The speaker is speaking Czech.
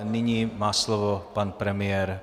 Nyní má slovo pan premiér.